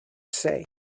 say